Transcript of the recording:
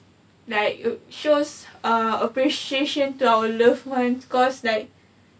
like shows err appreciation to our loved ones cause like